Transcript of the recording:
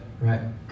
Right